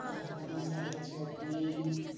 ढकनी चाहियो छोप्ने